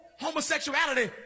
homosexuality